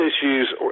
issues